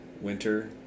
winter